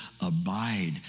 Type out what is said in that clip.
abide